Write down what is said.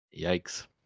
Yikes